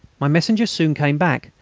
my messenger soon came back,